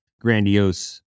grandiose